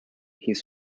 his